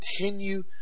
continue